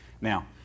Now